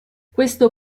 questo